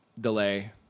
delay